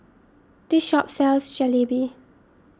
this shop sells Jalebi